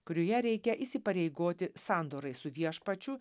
kurioje reikia įsipareigoti sandorai su viešpačiu